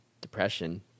depression